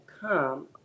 come